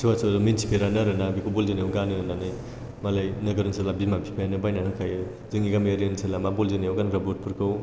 सोरबा सोरबा मिन्थिफेरानो आरोना बेखौ बल जोनायाव गानो होननानै मालाय नोगोर ओनसोलना बिमा बिफायानो बायनानै होखायो जोंनि गामियारि ओनसोलना मा बल जोनायाव गानग्रा बुट फोरखौ